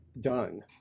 done